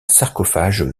sarcophage